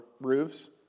roofs